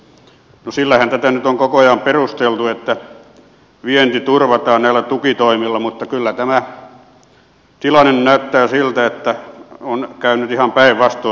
no sillähän tätä nyt on koko ajan perusteltu että vienti turvataan näillä tukitoimilla mutta kyllä tämä tilanne näyttää siltä että on käynyt ihan päinvastoin